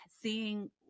seeing